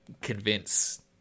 convince